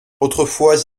autrefois